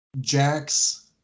Jax